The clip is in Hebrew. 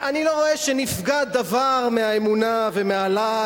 אני לא רואה ששם נפגע דבר מהאמונה והלהט,